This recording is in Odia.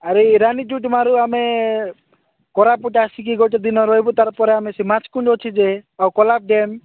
ଆରେ ଏଇ ରଣୀଜୁଟ ମାରୁ ଆମେ କୋରାପୁଟ ଆସିକି ଗୋଟେ ଦିନ ରହିବୁ ତାର୍ ପରେ ଆମେ ସେ ମାଛକୁଣ୍ଡ ଅଛି ଯେ ଆଉ କୋଲାବ ଡ୍ୟାମ୍